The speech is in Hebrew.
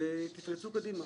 ותפרצו קדימה.